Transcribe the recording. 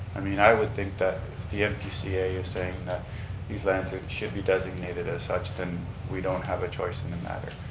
i mean, i would think that if the npca is saying that these lands and should be designated as such, then we don't have a choice in the matter,